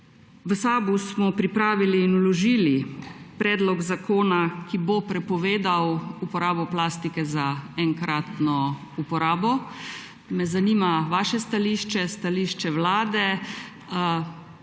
v SAB smo pripravili in vložili predlog zakona, ki bo prepovedal uporabo plastike za enkratno uporabo. Zanima me vaše stališče, stališče vlade.